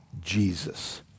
Jesus